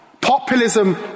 Populism